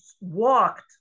walked